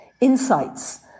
insights